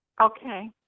okay